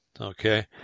Okay